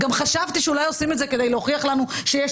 גם חשבתי שאולי עושים את זה כדי להוכיח לנו שיש